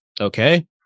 Okay